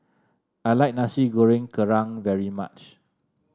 I like Nasi Goreng Kerang very much